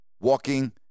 walking